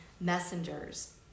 messengers